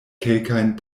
kelkajn